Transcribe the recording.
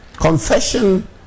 Confession